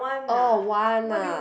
oh one ah